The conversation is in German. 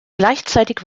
gleichzeitig